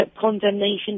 condemnation